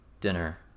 Dinner